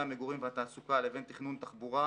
המגורים והתעסוקה לבין תכנון תחבורה,